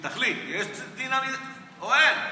יש לי זכות עמידה או אין?